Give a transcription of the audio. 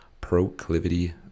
proclivity